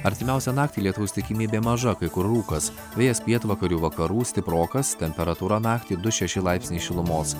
artimiausią naktį lietaus tikimybė maža kai kur rūkas vėjas pietvakarių vakarų stiprokas temperatūra naktį du šeši laipsniai šilumos